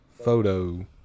Photo